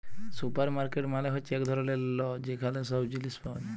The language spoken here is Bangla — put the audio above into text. সুপারমার্কেট মালে হ্যচ্যে এক ধরলের ল যেখালে সব জিলিস পাওয়া যায়